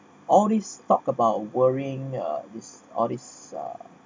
all this talk about worrying uh this all this uh